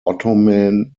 ottoman